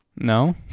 No